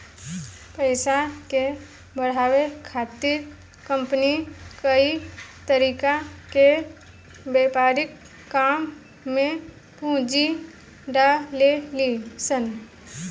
पइसा के बढ़ावे खातिर कंपनी कई तरीका के व्यापारिक काम में पूंजी डलेली सन